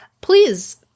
please